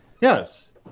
Yes